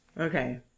okay